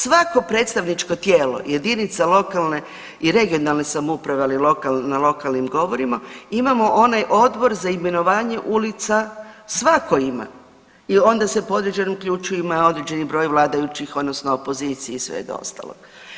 Svako predstavničko tijelo jedinica lokalne i regionalne samouprave, ali na lokalnim govorimo imamo onaj odbor za imenovanje ulica, svako ima i ona se po određenim ključevima određeni broj vladajućih odnosno opozicije i svega ostalog.